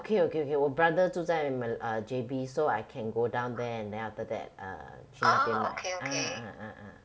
okay okay okay 我 brother 住在 mal~ uh J_B so I can go down there and then after that uh 去那边买 ah ah ah ah